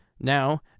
Now